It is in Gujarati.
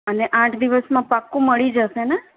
અને આઠ દિવસમાં પાક્કું મળી જશેને